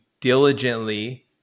diligently